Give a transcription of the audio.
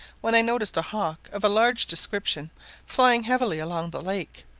when i noticed a hawk of a large description flying heavily along the lake,